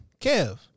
Kev